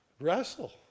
wrestle